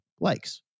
likes